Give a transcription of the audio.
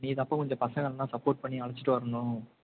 நீதாம்ப்பா கொஞ்சம் பசங்களெல்லாம் சப்போர்ட் பண்ணி அழைச்சுட்டு வரணும்